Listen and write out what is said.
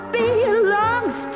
belongs